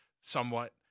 somewhat